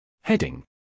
Heading